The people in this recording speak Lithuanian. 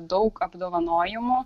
daug apdovanojimų